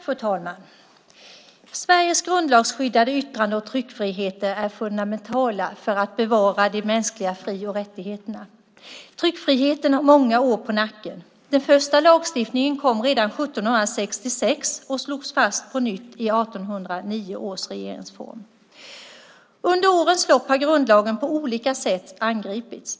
Fru talman! Sveriges grundlagsskyddade yttrande och tryckfriheter är fundamentala för att bevara de mänskliga fri och rättigheterna. Tryckfriheten har många år på nacken. Den första lagstiftningen kom redan 1766 och slogs fast på nytt i 1809 års regeringsform. Under årens lopp har grundlagen på olika sätt angripits.